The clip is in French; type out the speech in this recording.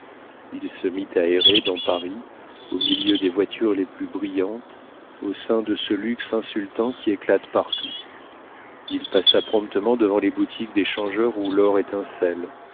il se mit à errer dans paris au milieu des voitures les plus brillantes au sein de ce luxe insultant qui éclate partout il passa promptement devant les boutiques des changeurs où l'or étincelle